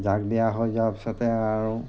জাক দিয়া হৈ যোৱাৰ পিছতে আৰু